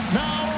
now